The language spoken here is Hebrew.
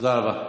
תודה רבה.